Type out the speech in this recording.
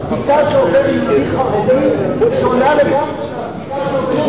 הבדיקה שעובר יהודי חרדי שונה לגמרי מהבדיקה שעוברים,